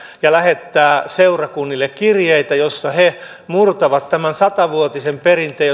ja lähettää seurakunnille kirjeitä joissa he murtavat tämän satavuotisen perinteen